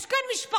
יש כאן משפחות,